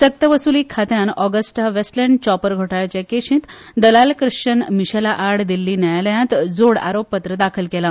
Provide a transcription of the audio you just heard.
सक्तवसुली खात्यान Augusta Westland chopper घोटाळ्याच्या केशींत दलाल क्रिश्चन मिशेला आड दिल्ली न्यायालयांत जोड आरोपपत्र दाखल केला